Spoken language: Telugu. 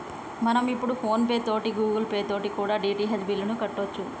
మనం ఇప్పుడు ఫోన్ పే తోటి గూగుల్ పే తోటి కూడా డి.టి.హెచ్ బిల్లుని కట్టొచ్చు